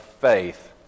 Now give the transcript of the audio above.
faith